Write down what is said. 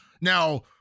Now